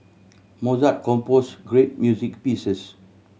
Mozart compose great music pieces